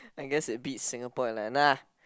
I guess it beats Singapore and like nah